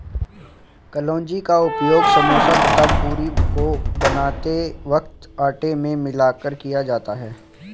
कलौंजी का उपयोग समोसा तथा पूरी को बनाते वक्त आटे में मिलाकर किया जाता है